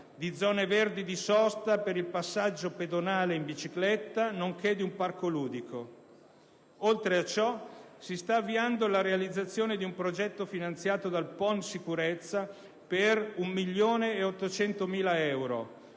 di zone verdi di sosta per il passaggio pedonale in bicicletta nonché di un parco ludico. Oltre a ciò, si sta avviando la realizzazione di un progetto finanziato dal PON sicurezza, per 1.800.000 euro,